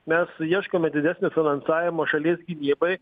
mes ieškome didesnio finansavimo šalies gynybai